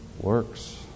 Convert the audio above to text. works